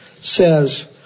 says